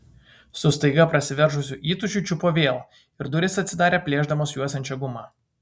su staiga prasiveržusiu įtūžiu čiupo vėl ir durys atsidarė plėšdamos juosiančią gumą